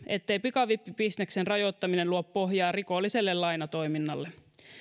ettei pikavippibisneksen rajoittaminen luo pohjaa rikolliselle lainatoiminnalle